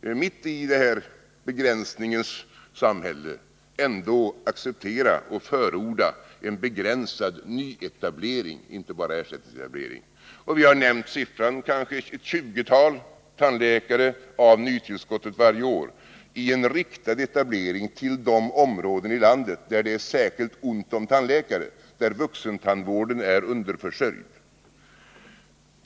mitt i det här regleringarnas samhälle ändå kan acceptera och förorda en begränsad nyetablering, inte bara ersättningsetablering. Vi har talat om en riktad etablering av kanske ett 20-tal tandläkare av nytillskottet varje år till de områden i landet där det är särskilt ont om tandläkare, där vuxentandvården är underförsörjd.